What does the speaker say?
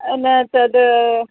अन तदा